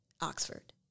Oxford